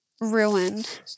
ruined